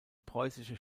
preußische